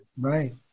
Right